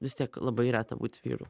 vis tiek labai reta būti vyru